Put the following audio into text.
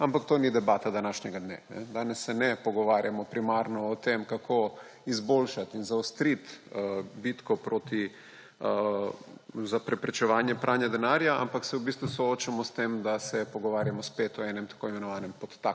Ampak to ni debata današnjega dne. Danes se ne pogovarjamo primarno o tem, kako izboljšati in zaostriti bitko za preprečevanje pranja denarja, ampak se v bistvu soočamo s tem, da se pogovarjamo spet o enem tako imenovanem podtaknjencu,